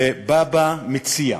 בבא מציעא.